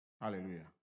Hallelujah